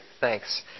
Thanks